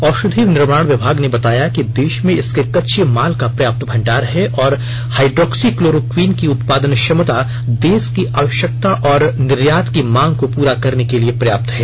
औषधि निर्माण विभाग ने बताया कि देश में इसके कच्चे माल का पर्याप्त भंडार है और हाइड्रोक्सी क्लोरोक्विन की उत्पादन क्षमता देश की आवश्यकता और निर्यात की मांग को पूरा करने के लिए पर्याप्त है